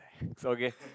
it's okay